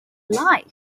life